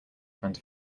front